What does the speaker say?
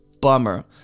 Bummer